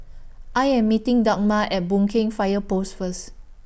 I Am meeting Dagmar At Boon Keng Fire Post First